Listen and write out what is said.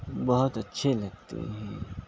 بہت اچّھے لگتے ہیں